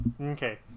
Okay